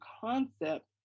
concept